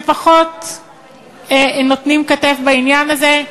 שפחות נותנים כתף בעניין הזה,